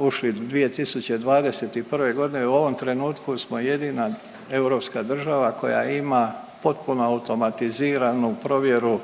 ušli 2021. godine. U ovom trenutku smo jedina europska država koja ima potpuno automatiziranu provjeru